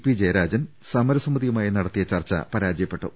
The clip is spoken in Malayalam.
പി ജയരാജൻ സമ രസമിതിയുമായി നടത്തിയ ചർച്ച പരാജയപ്പെട്ടു